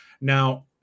Now